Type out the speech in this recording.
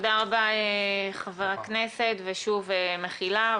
תודה רבה, חבר הכנסת, ושוב, מחילה.